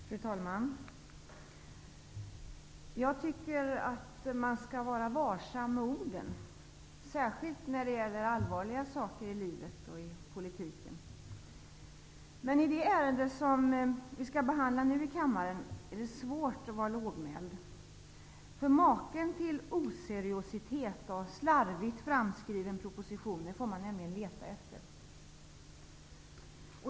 Fru talman! Jag tycker att man skall vara varsam med orden, särskilt när det gäller allvarliga saker i livet och i politiken. Men i det ärende som vi nu skall behandla i kammaren är det svårt att vara lågmäld. Maken till oseriöst och slarvigt framskriven proposition får man leta efter.